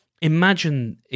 Imagine